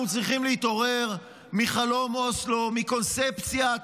אנחנו צריכים להתעורר מחלום אוסלו, מקונספציית